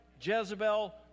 Jezebel